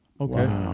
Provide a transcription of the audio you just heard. Okay